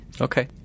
Okay